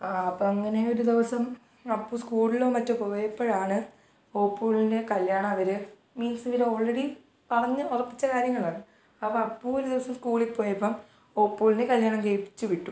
അപ്പം അങ്ങനെ ഒരു ദിവസം അപ്പു സ്കൂൾലൊ മറ്റൊ പോയപ്പോഴാണ് ഓപ്പോളിന്റെ കല്യാണം അവർ മീൻസ് ഇവരോൾറെഡി പറഞ്ഞ് ഉറപ്പിച്ച കാര്യങ്ങളാണ് അപ്പം അപ്പു ഒരു ദിവസം സ്കൂളിൽ പോയപ്പം ഓപ്പോളിനെ കല്യാണം കഴിപ്പിച്ച് വിട്ടു